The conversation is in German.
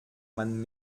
man